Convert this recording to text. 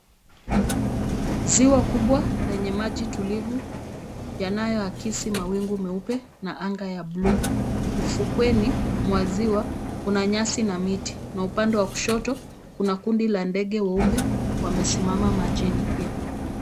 Ziwa kubwa lenye maji tulivu yanayoakisi mawingu meupe na anga ya bluu. Ufukweni mwa ziwa, kuna nyasi na miti na upande wa kushoto kuna kundi la ndege wuepe wamesimama majini pia.